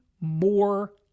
more